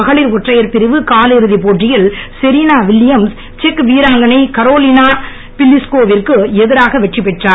மகளிர் ஒற்றையர் பிரிவு கால் இறுதிப் போட்டியில் செரினா வில்லியம்ஸ் செக் வீராங்கனை கரோலினா பிலிஸ்கோவா விற்கு எதிராக வெற்றிபெற்றார்